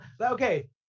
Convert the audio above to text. okay